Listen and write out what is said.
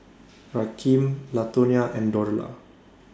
Rakeem Latonia and Dorla